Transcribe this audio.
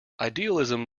idealism